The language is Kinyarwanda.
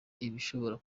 igishobora